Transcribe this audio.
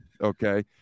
Okay